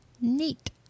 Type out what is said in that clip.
Neat